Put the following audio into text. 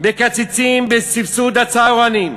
מקצצים בסבסוד הצהרונים,